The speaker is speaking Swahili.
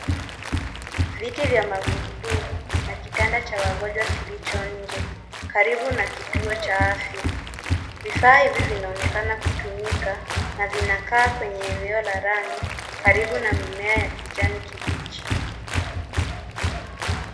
Viti vya magurudumu na kitanda cha wagonjwa kilicho nje karibu na kituo cha afya, vifaa hivi vinaonekana kutumika na vinakaa kwenye eneo la lami karibu na mimea ya kijani kibichi.